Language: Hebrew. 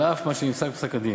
על אף מה שנפסק בפסק-הדין.